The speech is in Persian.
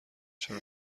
چرا